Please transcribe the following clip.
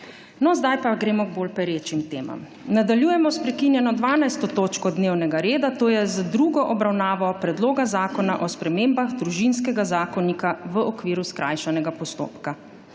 Zdaj pa gremo k bolj perečim temam. Nadaljujemo s prekinjeno 12. točko dnevnega reda, to je z drugo obravnavo Predloga zakona o spremembah Družinskega zakonika v okviru skrajšanega postopka.